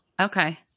Okay